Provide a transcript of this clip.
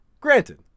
Granted